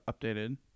updated